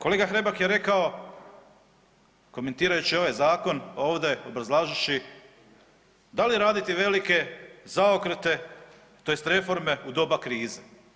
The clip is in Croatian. Kolega Hrebak je rekao, komentirajući ovaj zakon, ovdje obrazlažući da li raditi velike zaokrete tj. reforme u doba krize?